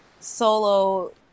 solo